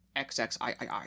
XXIII